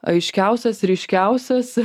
aiškiausias ryškiausias